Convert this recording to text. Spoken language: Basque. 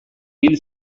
hil